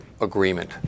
agreement